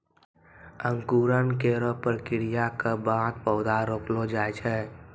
अंकुरन केरो प्रक्रिया क बाद पौधा रोपलो जाय छै